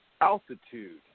altitude